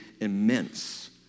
immense